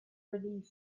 relief